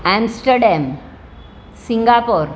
Amsterdam Singapore